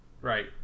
Right